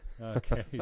Okay